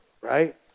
Right